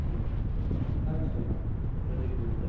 hello हां विशालदा प्रतीक बोलतो आहे